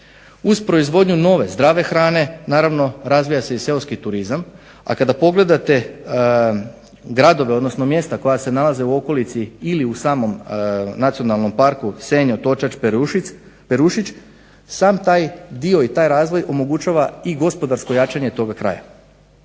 Uz proizvodnju nove zdrave hrane naravno razvija se i seoski turizam, a kada pogledate gradove odnosno mjesta koja se nalaze u okolici ili u samom nacionalnom parku Senj, Otočac, Perušić sav taj dio i taj razvoj omogućava i gospodarsko jačanje toga kraja.